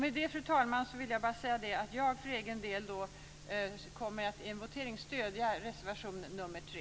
Med det, fru talman, vill jag bara säga att jag för egen del i en votering kommer att stödja reservation nr 3.